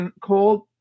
called